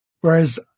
Whereas